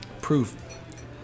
proof